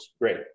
Great